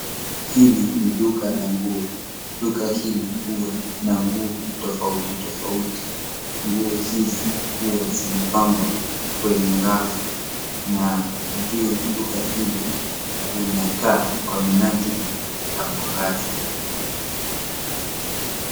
Hili ni duka la nguo. Duka hili huwa na nguo tofauti tofauti .Nguo hizi huwa zimepangwa kwenye rafu na juu ya duka hili kuna taa kwa minajili ya mwangaza.